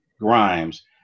Grimes